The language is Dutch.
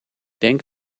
denk